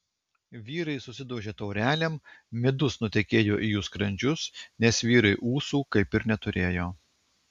vyrai susidaužė taurelėm midus nutekėjo į jų skrandžius nes vyrai ūsų kaip ir neturėjo